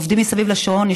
עובדים מסביב לשעון.